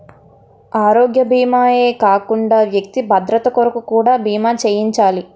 ఆరోగ్య భీమా ఏ కాకుండా వ్యక్తి భద్రత కొరకు కూడా బీమా చేయించాలి